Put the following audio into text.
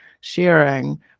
sharing